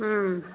हुँ